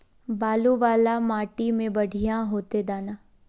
बालू वाला माटी में बढ़िया होते दाना?